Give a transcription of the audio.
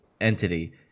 entity